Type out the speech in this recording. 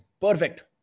Perfect